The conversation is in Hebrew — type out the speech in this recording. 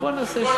ובוא נעשה,